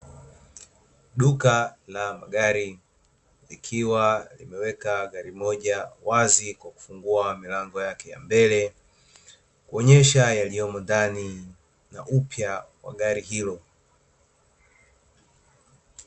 Duka la magari likiwa limeweka gari moja wazi kwa kufungua milango yake wazi ya mbele, kuonesha yaliyomo ndani na upya ya gari hio.